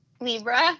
Libra